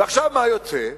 ועכשיו, מה יוצא?